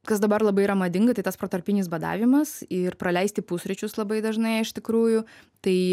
kas dabar labai yra madinga tai tas protarpinis badavimas ir praleisti pusryčius labai dažnai iš tikrųjų tai